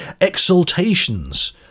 exaltations